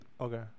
Okay